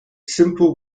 simple